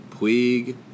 Puig